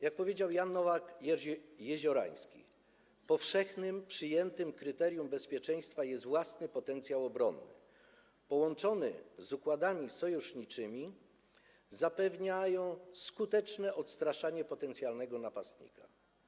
Jak powiedział Jan Nowak-Jeziorański: Powszechnym, przyjętym kryterium bezpieczeństwa jest własny potencjał obronny połączony z układami sojuszniczymi, zapewniającymi skuteczne odstraszanie potencjalnego napastnika.